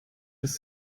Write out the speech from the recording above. dass